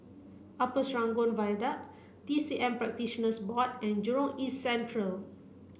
Upper Serangoon Viaduct T C M Practitioners Board and Jurong East Central